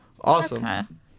Awesome